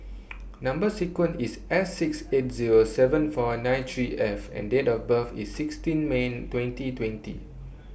Number sequence IS S six eight Zero seven four nine three F and Date of birth IS sixteen May twenty twenty